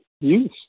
use